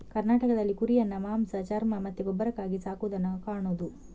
ಕರ್ನಾಟಕದಲ್ಲಿ ಕುರಿಯನ್ನ ಮಾಂಸ, ಚರ್ಮ ಮತ್ತೆ ಗೊಬ್ಬರಕ್ಕಾಗಿ ಸಾಕುದನ್ನ ಕಾಣುದು